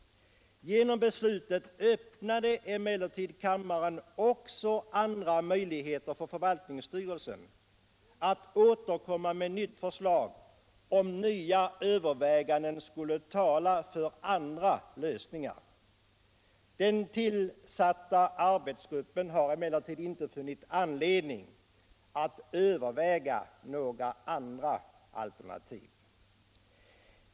Genom beslutet öppnade emellertid kammaren möjligheter för förvaltningsstyrelsen att återkomma med nytt förslag för den händelse nya överväganden skulle tala för andra lösningar. Den tillsatta arbetsgruppen har emellertid inte funnit anledning att överväga några andra alternativ.